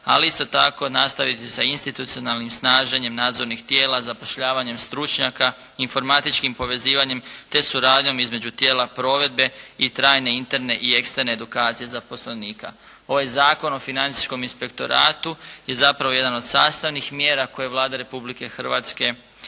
ali isto tako nastaviti sa institucionalnim snaženjem nadzornih tijela zapošljavanjem stručnjaka, informatičkim povezivanjem te suradnjom između tijela provedbe i trajne interne i eksterne edukacije zaposlenika. Ovaj Zakon o Financijskom inspektoratu je zapravo jedan od sastavnih mjera koje Vlada Republike Hrvatske poduzima,